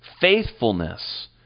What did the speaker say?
faithfulness